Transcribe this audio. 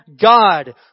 God